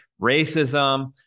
racism